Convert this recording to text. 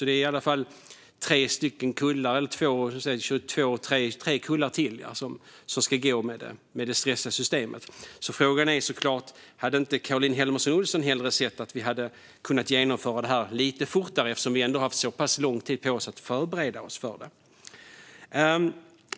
Det är tre kullar till som ska gå med det stressiga systemet. Hade inte Caroline Helmersson Olsson hellre sett att förslaget kunde genomföras lite fortare eftersom vi ändå har haft så lång tid att förbereda oss?